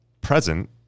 present